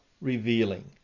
revealing